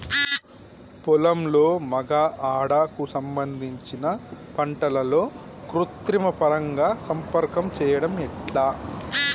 పొలంలో మగ ఆడ కు సంబంధించిన పంటలలో కృత్రిమ పరంగా సంపర్కం చెయ్యడం ఎట్ల?